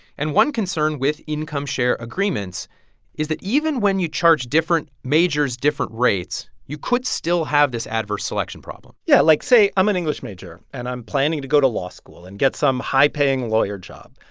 and one concern with income-share agreements is that even when you charge different majors different rates, you could still have this adverse selection problem yeah. like, say i'm an english major. and i'm planning to go to law school and get some high-paying lawyer job.